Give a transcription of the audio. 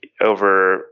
over